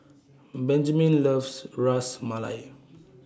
Benjamen loves Ras Malai